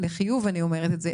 לחיוב אני אומרת את זה,